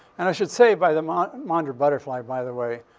and i should say, by the maunder maunder butterfly, by the way,